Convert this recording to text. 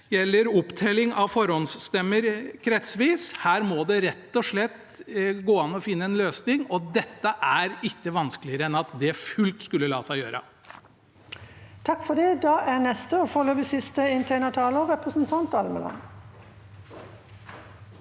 gjelder opptelling av forhåndsstemmer kretsvis. Her må det rett og slett gå an å finne en løsning, og dette er ikke vanskeligere enn at det fullt ut skulle la seg gjøre.